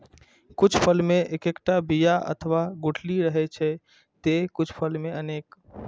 कुछ फल मे एक्केटा बिया अथवा गुठली रहै छै, ते कुछ फल मे अनेक